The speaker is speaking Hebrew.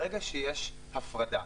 ברגע שיש הפרדה,